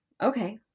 Okay